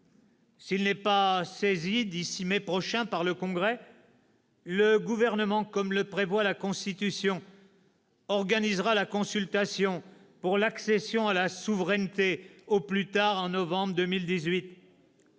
S'il n'est pas saisi d'ici mai prochain par le Congrès, le Gouvernement, comme le prévoit la Constitution, organisera la consultation pour l'accession à la souveraineté au plus tard en novembre 2018.